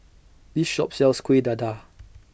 This Shop sells Kuih Dadar